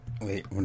Wait